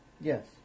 Yes